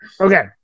Okay